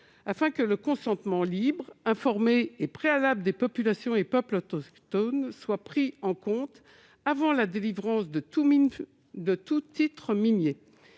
afin que le consentement libre, informé et préalable des populations et peuples autochtones soit pris en compte avant la délivrance de tout titre minier.